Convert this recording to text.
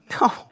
No